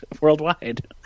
worldwide